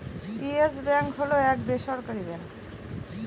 yes Bank হল এক বেসরকারি ব্যাঙ্ক